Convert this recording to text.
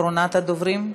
אחרונת הדוברים.